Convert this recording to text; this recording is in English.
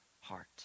heart